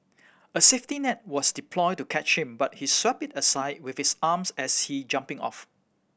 a safety net was deployed to catch him but he swept it aside with his arms as he jumping off